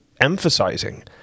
emphasizing